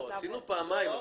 רצינו פעמיים.